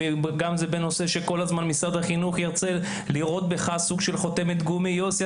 גם בנושא שכל הזמן משרד החינוך ירצה לראות בך סוג של חותמת גומי: יוסי,